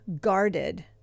guarded